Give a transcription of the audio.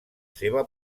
seva